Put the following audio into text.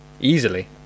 Easily